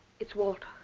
it's walter.